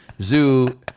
Zoo